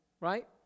right